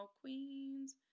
Queens